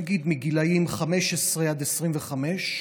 נגיד בגילים 15 25,